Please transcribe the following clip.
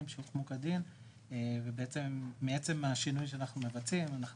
שהוקמו כדין ומעצם השינוי שאנחנו מבצעים,